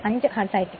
5 hearts ആയിരിക്കും